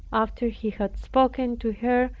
after he had spoken to her,